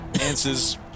answers